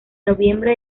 noviembre